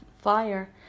fire